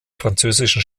französischen